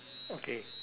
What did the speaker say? okay